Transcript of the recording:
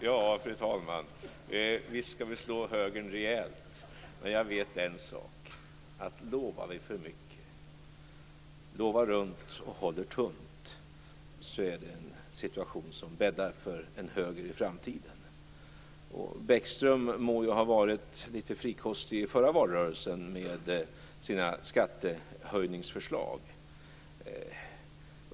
Fru talman! Visst skall vi slå högern rejält. Men jag vet en sak: Lovar vi för mycket, lovar runt och håller tunt, är det en situation som bäddar för en höger i framtiden. Bäckström må ha varit litet frikostig i förra valrörelsen med sina skattehöjningsförslag.